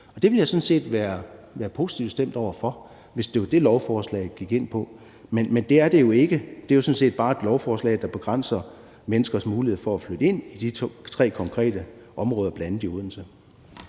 jeg sådan set være positivt stemt over for, hvis det var det, lovforslaget gik ud på. Men det er det jo ikke. Det er sådan set bare et lovforslag, der begrænser menneskers mulighed for at flytte ind i bl.a. de tre konkrete områder i Odense.